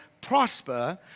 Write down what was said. prosper